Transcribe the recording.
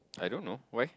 I don't know why